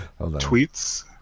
tweets